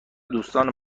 دوستان